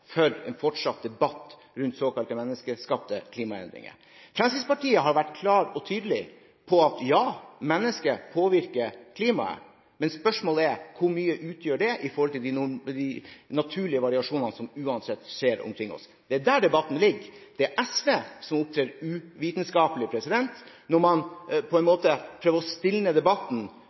for en fortsatt debatt rundt såkalte menneskeskapte klimaendringer. Fremskrittspartiet har vært klart og tydelig på at mennesker påvirker klimaet, men spørsmålet er: Hvor mye utgjør det i forhold til de naturlige variasjonene som uansett skjer omkring oss? Det er der debatten ligger. Det er SV som opptrer uvitenskapelig, når man på en måte prøver å stilne debatten,